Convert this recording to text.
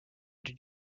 did